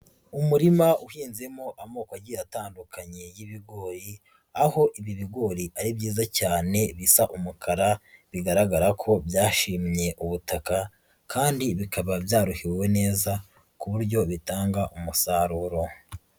Umurima uhinzemo amoko agiye atandukanye y'ibigoyi, aho ibi bigori ari byiza cyane bisa umukara, bigaragara ko byashimye ubutaka kandi bikaba byaruhiwe neza ku buryo bitanga umusaruro.